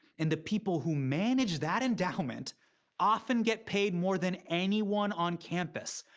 and the people who manage that endowment often get paid more than anyone on campus.